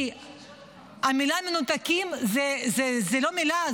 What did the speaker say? כי המילה "מנותקים" זה לא מילה,